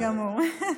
בסדר גמור.